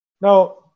Now